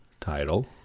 title